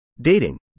dating